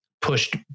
pushed